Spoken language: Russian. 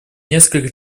несколько